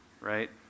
right